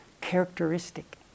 characteristic